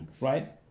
right